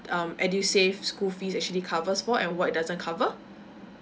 um edusave school fees actually covers for and what doesn't cover